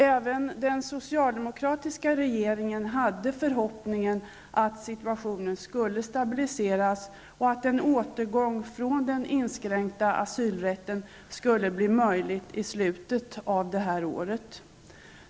Även den socialdemokratiska regeringen hade förhoppningen att situationen skulle stabiliseras och att en återgång från den inskränkta asylrätten skulle bli möjlig i slutet av detta år.